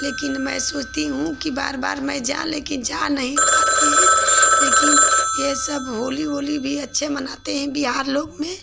लेकिन मैं सोचती हूँ कि बार बार मैं जाऊँ लेकिन जा नहीं पाते हैं लेकिन यह सब होली ओली भी अच्छे मनाते हैं बिहार लोग में